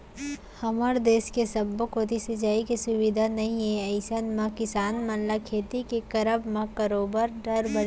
हमर देस के सब्बो कोती सिंचाई के सुबिधा नइ ए अइसन म किसान मन ल खेती के करब म बरोबर डर बने रहिथे